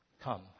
Come